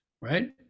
Right